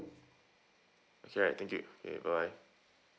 okay ya thank you okay bye bye